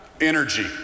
energy